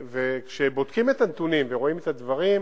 וכשבודקים את הנתונים ורואים את הדברים,